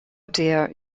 dear